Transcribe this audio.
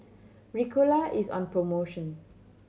ricola is on promotion